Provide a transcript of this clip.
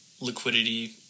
liquidity